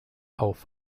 auf